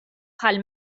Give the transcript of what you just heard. bħall